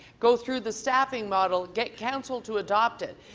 go through the staffing model, get council to adopt it,